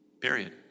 period